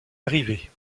arriver